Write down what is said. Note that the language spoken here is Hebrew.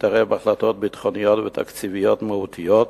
מתערב בהחלטות ביטחוניות ותקציביות מהותיות,